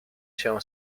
się